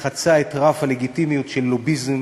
חצה את רף הלגיטימיות של לוביזם